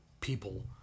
people